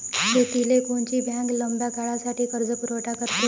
शेतीले कोनची बँक लंब्या काळासाठी कर्जपुरवठा करते?